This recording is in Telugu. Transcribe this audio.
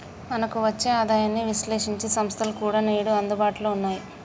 మనకు వచ్చే ఆదాయాన్ని విశ్లేశించే సంస్థలు కూడా నేడు అందుబాటులో ఉన్నాయి